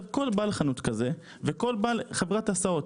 כל בעל חנות כזה וכל בעל חברת הסעות,